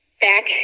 Back